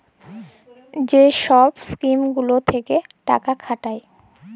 যে ছব ইস্কিম গুলা দিঁয়ে টাকা খাটায়